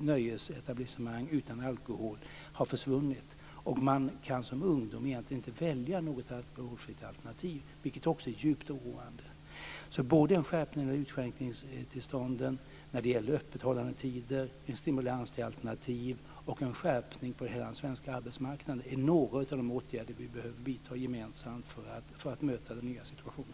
nöjesetablissemang utan alkohol har försvunnit. Man kan som ungdom egentligen inte välja något alkoholfritt alternativ, vilket också är djupt oroande. En skärpning av utskänkningstillstånden och öppethållandetider, en stimulans till alternativ och en skärpning på hela den svenska arbetsmarknaden är några av de åtgärder som vi behöver vidta gemensamt för att möta den nya situationen.